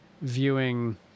viewing